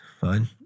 fine